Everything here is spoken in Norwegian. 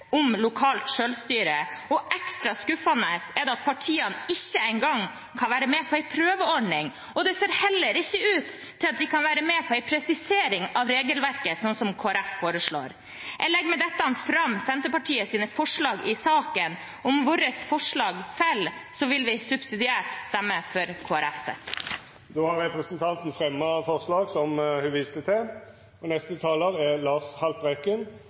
om lokalt selvstyre, og ekstra skuffende er det at partiene ikke engang kan være med på en prøveordning. Det ser heller ikke ut til at de kan være med på en presisering av regelverket, slik Kristelig Folkeparti foreslår. Jeg fremmer med dette Senterpartiets forslag i saken. Om våre forslag faller, vil vi subsidiært stemme for Kristelig Folkepartis forslag. Representanten Sandra Borch har teke opp dei forslaga ho refererte til. Det norske folk er et folk på tur. Vi søker stillheten, roen og